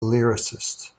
lyricist